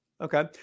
Okay